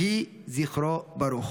יהי זכרו ברוך.